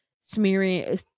smearing